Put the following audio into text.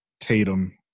Tatum